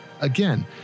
Again